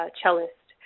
cellist